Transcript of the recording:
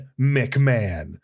McMahon